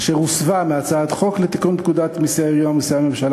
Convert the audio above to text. אשר הוסבה מהצעת חוק לתיקון פקודת מסי העירייה ומסי הממשלה